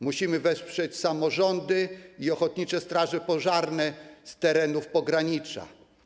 Musimy wesprzeć samorządy i ochotnicze straże pożarne z terenów pogranicza.